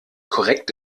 korrekt